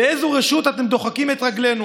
באיזו רשות אתם דוחקים את רגלינו?